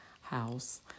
house